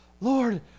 Lord